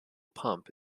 pump